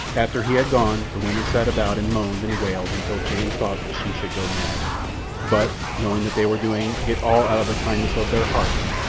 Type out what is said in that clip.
after he had gone the women sat about and moaned and wailed until jane thought that she should go mad but, knowing that they were doing it all out of the kindness of their hearts,